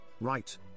right